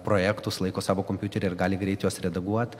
projektus laiko savo kompiuteryje ir gali greit juos redaguot